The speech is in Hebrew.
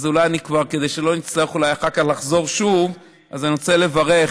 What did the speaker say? כדי שלא נצטרך אחר כך לחזור שוב, אני רוצה לברך